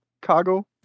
cargo